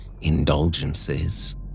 indulgences